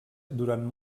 durant